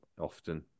often